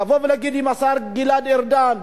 לבוא ולהגיד: אם השר גלעד ארדן,